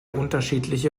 unterschiedliche